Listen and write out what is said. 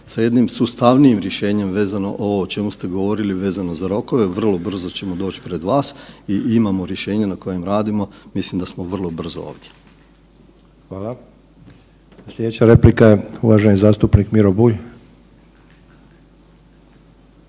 Sa jednim sustavnijim rješenjem vezano ovo o čemu ste govorili vezano za rokove vrlo brzo ćemo doći pred vas i imamo rješenje na koje radimo, mislim da smo vrlo brzo ovdje. Hvala. **Sanader, Ante (HDZ)** Slijedeća replika je uvaženi zastupnik Miro Bulj.